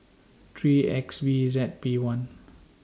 three X V Z P one